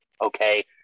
okay